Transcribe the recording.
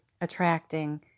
attracting